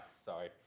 Sorry